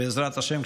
בעזרת השם,